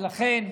לכן,